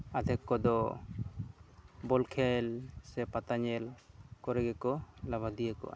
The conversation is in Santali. ᱟᱫᱷᱮᱠ ᱠᱚᱫᱚ ᱵᱚᱞ ᱠᱷᱮᱞ ᱥᱮ ᱯᱟᱛᱟ ᱧᱮᱞ ᱠᱚᱨᱮ ᱜᱮᱠᱚ ᱞᱟᱵᱟᱫᱤᱭᱟᱹ ᱠᱚᱜᱼᱟ